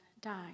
died